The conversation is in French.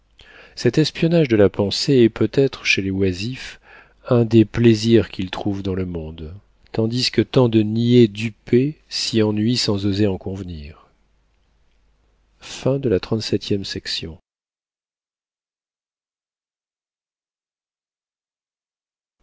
cet espionnage de la pensée est peut-être chez les oisifs un des plaisirs qu'ils trouvent dans le monde tandis que tant de niais dupés s'y ennuient sans oser en convenir